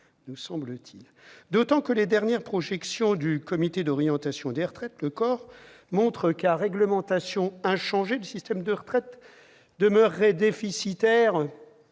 futures, d'autant que les dernières projections du Conseil d'orientation des retraites, le COR, montrent qu'à réglementation inchangée, le système de retraites demeurerait déficitaire